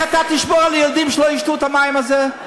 אתה תשמור על ילדים שלא ישתו את המים האלה?